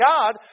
God